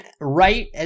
right